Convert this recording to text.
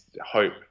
hope